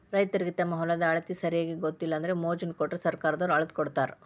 ರೈತರಿಗೆ ತಮ್ಮ ಹೊಲದ ಅಳತಿ ಸರಿಯಾಗಿ ಗೊತ್ತಿಲ್ಲ ಅಂದ್ರ ಮೊಜ್ನಿ ಕೊಟ್ರ ಸರ್ಕಾರದವ್ರ ಅಳ್ದಕೊಡತಾರ